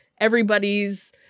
Everybody's